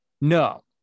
no